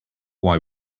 why